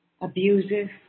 abusive